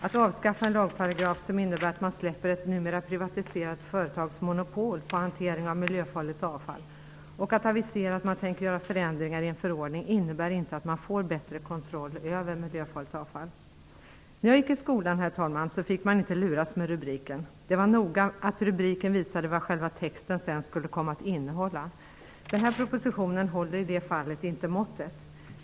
Att avskaffa en lagparagraf som innebär att man släpper ett numera privatiserat företags monopol på hantering av miljöfarligt avfall och att avisera att man tänker göra förändringar i en förordning innebär inte att man får bättre kontroll över miljöfarligt avfall. > bNär jag gick i skolan, herr talman, fick man inte luras med rubriken. Det vara noga att rubriken visade vad själva texten sedan skulle komma att innehålla. Den här propositionen håller i det fallet inte måttet.